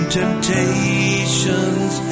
temptations